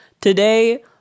Today